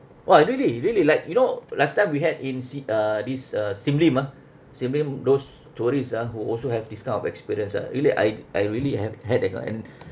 !wah! really really like you know last time we had in si~ uh this uh sim lim ah sim lim those tourists ah who also have this kind of experience ah really I I really have headache ah and